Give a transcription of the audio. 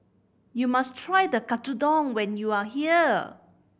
you must try the Katsudon when you are here